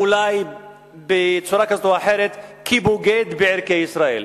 אולי בצורה כזאת או אחרת כבוגד בערכי ישראל.